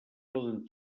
poden